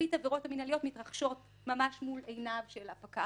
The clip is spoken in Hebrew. מרבית העבירות המינהליות מתרחשות ממש מול עיניו של הפקח,